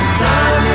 sun